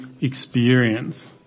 experience